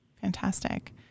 Fantastic